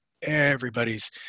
everybody's